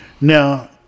Now